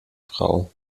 frau